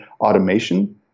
automation